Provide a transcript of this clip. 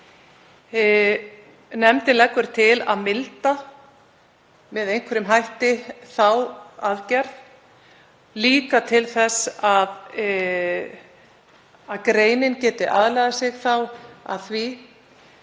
Nefndin leggur til að milda með einhverjum hætti þá aðgerð, líka til þess að greinin geti þá aðlagað sig að því